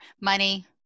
money